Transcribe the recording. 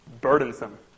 burdensome